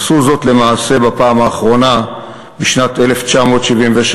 עשו זאת למעשה בפעם האחרונה בשנת 1973,